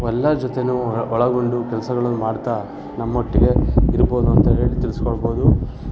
ಎಲ್ಲರ ಜೊತೆಯೂ ಒಳಗೊಂಡು ಕೆಲ್ಸಗಳನ್ನು ಮಾಡ್ತಾ ನಮ್ಮೊಟ್ಟಿಗೆ ಇರ್ಬೋದು ಅಂತ ಹೇಳಿ ತಿಳಿಸ್ಕೊಳ್ಬೋದು